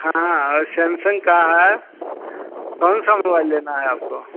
हाँ और सैमसंग का है कौन सा मोबाईल लेना है आपको